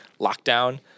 lockdown